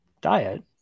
diet